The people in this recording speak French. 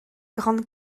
grande